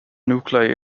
nuclei